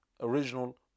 original